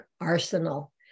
arsenal